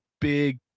big